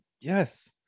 yes